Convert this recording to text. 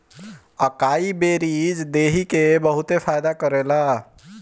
अकाई berries देहि के बहुते फायदा करेला